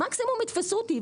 מקסימום יתפסו אותי.